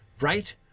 right